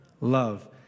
love